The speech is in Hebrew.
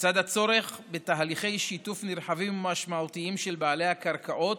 לצד הצורך בתהליכי שיתוף נרחבים ומשמעותיים של בעלי הקרקעות,